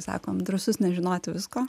sakom drąsus nežinoti visko